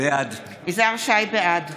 בעד